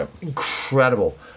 incredible